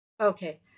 okay